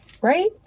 right